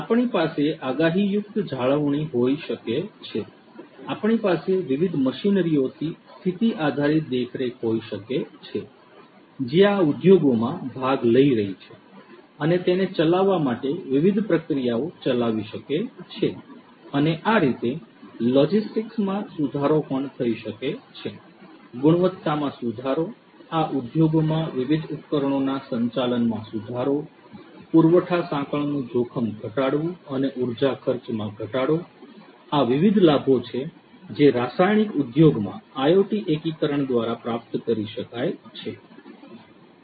આપણી પાસે આગાહીયુક્ત જાળવણી હોઈ શકે છે આપણી પાસે વિવિધ મશીનરીઓની સ્થિતિ આધારિત દેખરેખ હોઈ શકે છે જે આ ઉદ્યોગોમાં ભાગ લઈ રહી છે અને તેને ચલાવવા માટે વિવિધ પ્રક્રિયાઓ ચલાવી શકે છે અને આ રીતે લોજિસ્ટિક્સમાં સુધારો પણ થઈ શકે છે ગુણવત્તામાં સુધારો આ ઉદ્યોગોમાં વિવિધ ઉપકરણોના સંચાલનમાં સુધારો પુરવઠા સાંકળનું જોખમ ઘટાડવું અને ઉર્જા ખર્ચમાં ઘટાડો આ વિવિધ લાભો છે જે રાસાયણિક ઉદ્યોગમાં IoT એકીકરણ દ્વારા પ્રાપ્ત કરી શકાય છે